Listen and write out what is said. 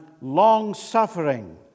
long-suffering